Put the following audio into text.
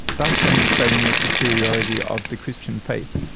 thus demonstrating the superiority of the christian faith.